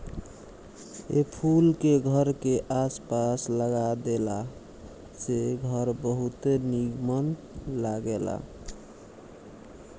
ए फूल के घर के आस पास लगा देला से घर बहुते निमन लागेला